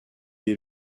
dès